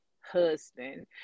husband